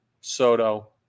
soto